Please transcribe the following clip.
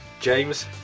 James